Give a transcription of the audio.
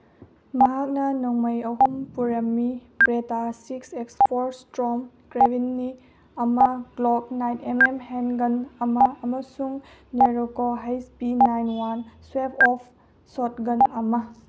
ꯃꯍꯥꯛꯅ ꯅꯣꯡꯃꯩ ꯑꯍꯨꯝ ꯄꯨꯔꯝꯃꯤ ꯕ꯭ꯔꯦꯇꯥ ꯁꯤꯛꯁ ꯑꯦꯛꯁ ꯐꯣꯔ ꯏꯁꯇꯣꯔꯝ ꯀꯥꯔꯕꯥꯏꯟ ꯑꯃ ꯒ꯭ꯂꯣꯛ ꯅꯥꯏꯟ ꯑꯦꯝ ꯑꯦꯝ ꯍꯦꯟꯒꯟ ꯑꯃ ꯑꯃꯁꯨꯡ Norinco H P nine one sawed off shotgun ꯑꯃ